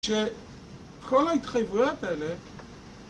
שכל ההתחייבויות האלה...